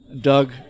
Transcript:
Doug